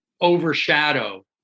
overshadow